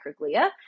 microglia